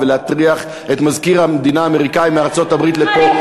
ולהטריח את מזכיר המדינה האמריקני מארצות-הברית לפה,